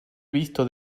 visto